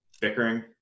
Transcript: bickering